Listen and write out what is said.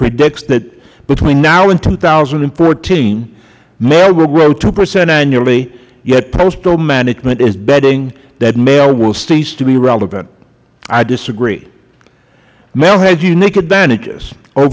predicts that between now and two thousand and fourteen mail will grow two percent annually yet postal management is betting that mail will cease to be relevant i disagree mail has unique advantages o